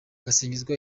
gasinzigwa